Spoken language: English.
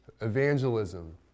evangelism